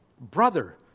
Brother